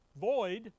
void